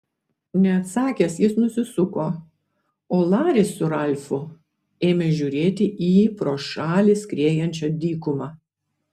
neatsakęs jis nusisuko o laris su ralfu ėmė žiūrėti į pro šalį skriejančią dykumą